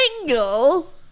angle